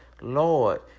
Lord